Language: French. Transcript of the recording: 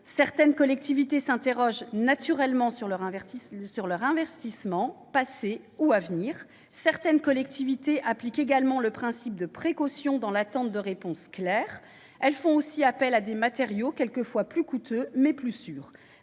Certaines collectivités s'interrogent naturellement sur leurs investissements passés ou à venir. Certaines appliquent également le principe de précaution dans l'attente de réponses scientifiques claires. Elles font aussi appel à des matériaux plus coûteux, mais plus sûrs.